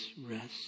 rest